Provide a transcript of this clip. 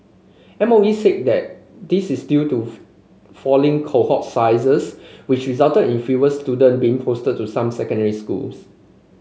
M O E said that this is due to falling cohort sizes which resulted in fewer student being posted to some secondary schools